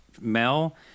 mel